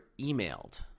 emailed